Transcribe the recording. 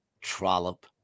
trollop